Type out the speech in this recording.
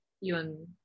Yun